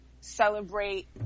celebrate